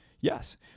Yes